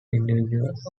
individuals